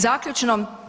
Zaključno.